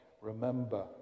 remember